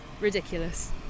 ridiculous